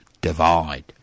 divide